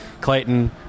Clayton